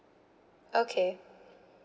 okay